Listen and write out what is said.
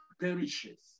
perishes